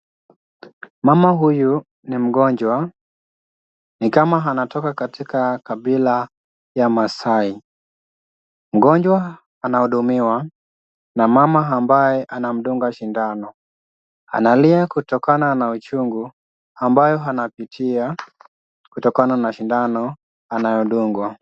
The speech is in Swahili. Mama huyu ni mgonjwa, ni kama anatoka katika kabila ya maasai, mgonjwa anahudumiwa na mama ambaye anamdunga sindano, analia kutokana na uchungu ambayo anapitia kutokana na sindano anayodungwa.